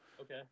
Okay